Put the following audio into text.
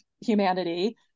humanity